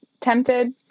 tempted